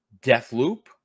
Deathloop